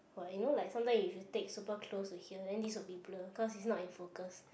what you know like sometimes if you take super close to here then this will be blur cause it's not in focus